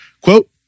quote